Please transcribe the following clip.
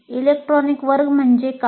electronic वर्ग म्हणजे काय